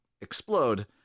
explode